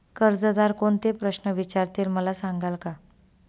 कर्जदार कोणते प्रश्न विचारतील, मला सांगाल का?